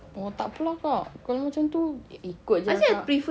oh tak apa lah kak kalau macam tu ikut jer lah kak